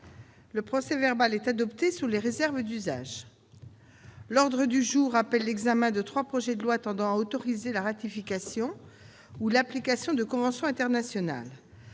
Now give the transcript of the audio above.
Le procès-verbal est adopté sous les réserves d'usage. L'ordre du jour appelle l'examen de trois projets de loi tendant à autoriser la ratification ou l'approbation de conventions internationales.